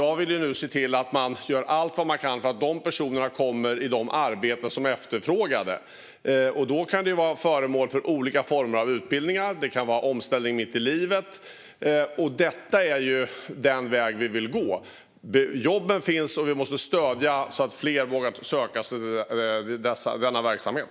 Jag vill nu se till att man gör allt man kan för att dessa personer kommer i de arbeten som efterfrågas. Då kan de vara föremål för olika former av utbildningar eller omställning mitt i livet. Det är denna väg vi vill gå. Jobben finns, och vi måste stödja människor så att fler vågar söka sig till denna verksamhet.